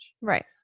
Right